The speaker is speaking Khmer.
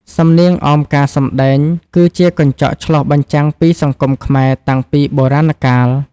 សំនៀងអមការសម្ដែងគឺជាកញ្ចក់ឆ្លុះបញ្ចាំងពីសង្គមខ្មែរតាំងពីបុរាណកាល។